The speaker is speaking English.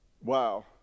Wow